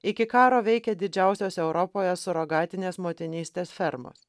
iki karo veikė didžiausios europoje surogatinės motinystės fermos